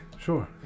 sure